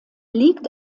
liegt